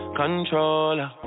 controller